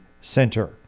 center